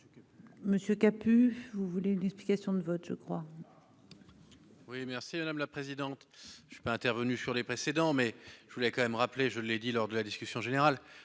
Monsieur. Vous voulez une explication de vote je crois. Oui merci madame la présidente. Je suis peu intervenue sur les précédents mais je voulais quand même rappeler, je l'ai dit lors de la discussion générale